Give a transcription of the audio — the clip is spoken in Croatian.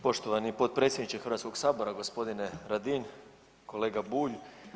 Poštovani potpredsjedniče Hrvatskog sabora, gospodine Radin, kolega Bulj.